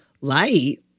light